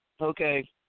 Okay